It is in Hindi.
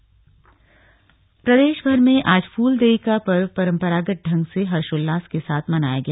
प्रदेश फुलदेई प्रदेश भर में आज फूलदेई का पर्व परम्परागत ढ़ग से हर्षोउल्लास के साथ मनाया गया